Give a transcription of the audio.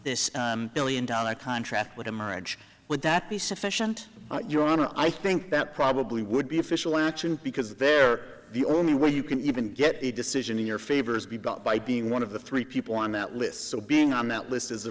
this billion dollar contract with a marriage would that be sufficient your honor i think that probably would be official action because they're the only way you can even get a decision in your favor is be bought by being one of the three people on that list so being on that list is a